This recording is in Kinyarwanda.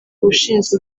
ushinzwe